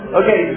okay